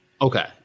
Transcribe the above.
okay